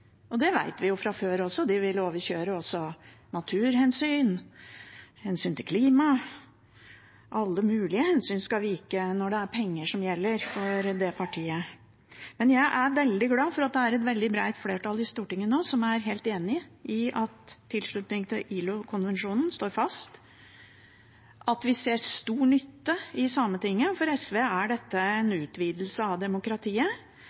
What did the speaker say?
Det vet vi jo fra før. De vil også overkjøre naturhensyn, klimahensyn – alle mulige hensyn skal vike når det er penger som gjelder, for det partiet. Men jeg er veldig glad for at det er et veldig bredt flertall i Stortinget nå som er helt enige om at tilslutningen til ILO-konvensjonen står fast, og at vi ser stor nytte i Sametinget. For SV er dette en utvidelse av demokratiet